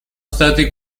stati